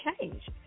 change